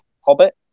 Hobbit